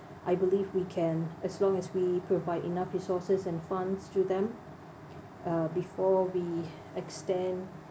I believe we can as long as we provide enough resources and funds through them uh before we extend